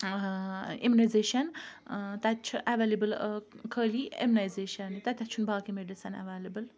immunisation تَتہِ چھُ available خٲلی اِمنایزیشَن تَتہِ چھُنہٕ باقی میٚڈِسَن اَویلیبل